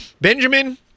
Benjamin